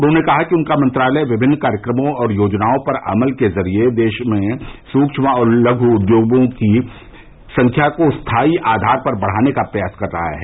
उन्होंने कहा कि उनका मंत्रालय विभिन्न कार्यक्रमों और योजनाओं पर अमल के जरिए देश में सूक्ष्म और लघु उद्योगों की संख्या को स्थाई आधार पर बढ़ाने का प्रयास कर रहा है